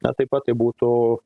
na taip pat tai būtų